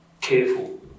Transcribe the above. careful